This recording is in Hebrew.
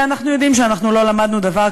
אנחנו יודעים שלא למדנו דבר,